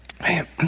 Man